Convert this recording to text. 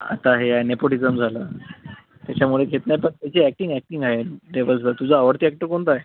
आता हे आहे नेपोटीजम झालं त्याच्यामुळे त्याची अॅक्टिंग अॅक्टिंग आहे जबरदस्त तुझा आवडती अॅक्टर कोणता आहे